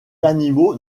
animaux